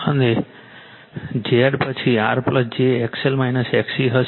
અને Z પછી R j XL XC હશે